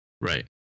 Right